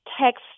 text